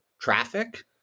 traffic